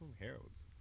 Harold's